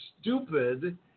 stupid